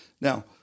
Now